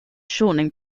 shortening